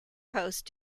post